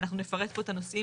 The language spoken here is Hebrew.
אנחנו נפרט פה את הנושאים,